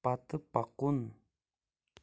پتہٕ پکُن